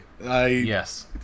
Yes